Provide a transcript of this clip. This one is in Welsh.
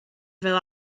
fel